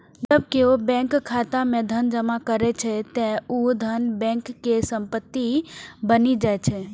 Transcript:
जब केओ बैंक खाता मे धन जमा करै छै, ते ऊ धन बैंक के संपत्ति बनि जाइ छै